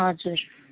हजुर